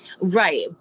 Right